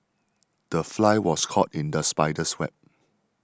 the fly was caught in the spider's web